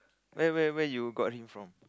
where where where you got him from